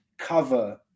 cover